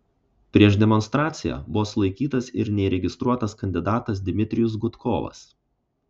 prieš demonstraciją buvo sulaikytas ir neįregistruotas kandidatas dmitrijus gudkovas